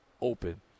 open